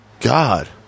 God